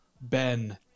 Ben